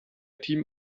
team